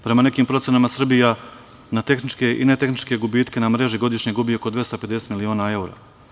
Prema nekim procenama, Srbija na tehničke i ne tehničke gubitke na mreži godišnje gubi oko 250 miliona evra.